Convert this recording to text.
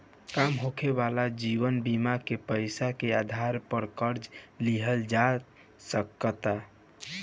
काम होखाला पर जीवन बीमा के पैसा के आधार पर कर्जा लिहल जा सकता